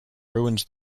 ruins